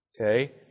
okay